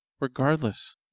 Regardless